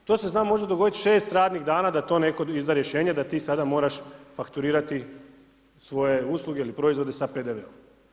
To se zna možda dogoditi 6 radnih dana, da to netko izda rješenje, da ti sada moraš fakturirati svoje usluge ili proizvode sa PDV-om.